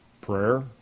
prayer